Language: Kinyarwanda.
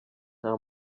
nta